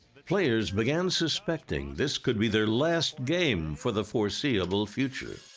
players began suspecting this could be their last game for the foreseeable future.